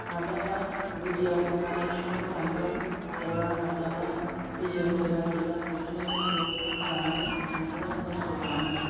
माब्लाबा गुदियाव अरनानै बिफांखौ रानहोगोन एबा माब्लाबा बिजौ एबा बिबार थ'फिनायफोरखौ जानानै एम्फौआ नस्थ' खालामगोन